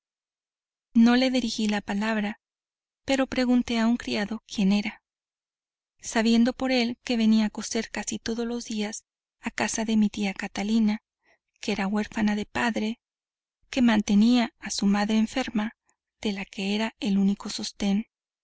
no le dirigí la palabra pero pregunté a un criado quién era sabiendo por él que venía a coser casi todos los días a casa de mi tía catalina que era huérfana de padre que mantenía a su madre enferma de la que era el único sostén